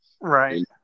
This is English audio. Right